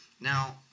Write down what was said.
Now